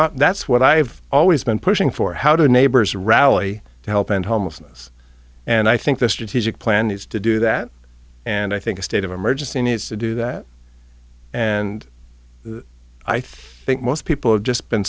out that's what i've always been pushing for how to neighbors rally to help end homelessness and i think the strategic plan is to do that and i think a state of emergency needs to do that and i think most people have just been